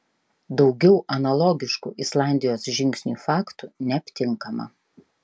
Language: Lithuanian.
daugiau analogiškų islandijos žingsniui faktų neaptinkama